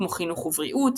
כמו חינוך ובריאות,